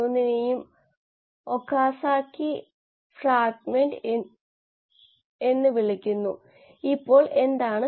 ഒന്നിൽ കൂടുതൽ രാസപ്രവർത്തനങ്ങൾ നടക്കുന്ന മെറ്റാബോലൈറ്റായ ഒരു നോഡിനെ നമുക്ക് ഇപ്പോൾ നിർവചിക്കാം